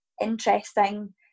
interesting